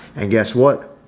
and guess what,